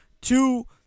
two